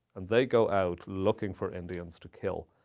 and they go out looking for indians to kill.